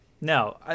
No